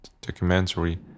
documentary